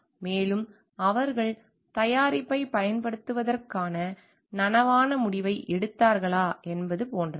மேலும் அவர்கள் தயாரிப்பை பயன்படுத்துவதற்கான நனவான முடிவை எடுத்தார்களா என்பது போன்றது